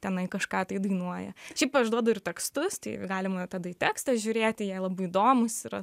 tenai kažką tai dainuoja šiaip aš duodu ir tekstus tai galima tada į tekstą žiūrėti jie labai įdomūs yra